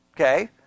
okay